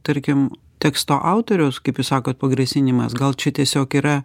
tarkim teksto autoriaus kaip jūs sakote pagrasinimas gal čia tiesiog yra